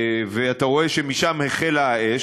ואתה רואה שמשם החלה האש,